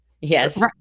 yes